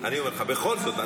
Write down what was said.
בכל זאת,